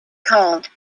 called